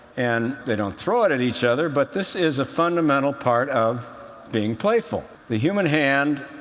and they don't throw it at each other, but this is a fundamental part of being playful. the human hand,